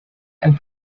and